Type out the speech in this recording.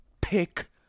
pick